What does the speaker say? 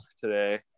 today